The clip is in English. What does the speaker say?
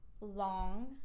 long